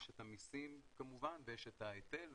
יש את המיסים כמובן ויש את ההיטל ואנחנו,